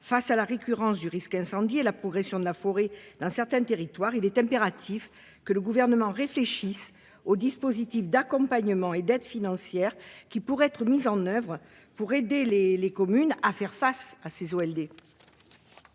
face à la récurrence du risque incendie et la progression de la forêt dans certains territoires. Il est impératif que le gouvernement réfléchisse aux dispositifs d'accompagnement et d'aide financière qui pourrait être mises en oeuvre pour aider les les communes à faire face à ces.